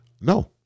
No